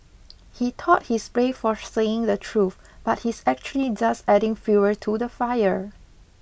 he thought he's brave for saying the truth but he's actually just adding fuel to the fire